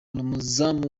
umuzamu